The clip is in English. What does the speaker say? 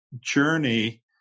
journey